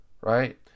right